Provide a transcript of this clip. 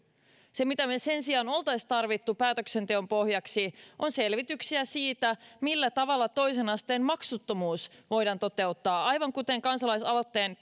se mitä me sen sijaan olisimme tarvinneet päätöksenteon pohjaksi on selvityksiä siitä millä tavalla toisen asteen maksuttomuus voidaan toteuttaa aivan kuten kansalaisaloitteen